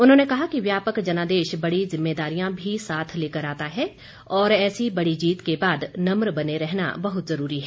उन्होंने कहा कि व्यापक जनादेश बडी जिम्मेदारियां भी साथ लेकर आता है और ऐसी बड़ी जीत के बाद नम्र बने रहना बहुत जरूरी है